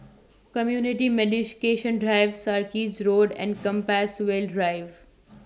Community Drive Sarkies Road and Compassvale Drive